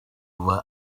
were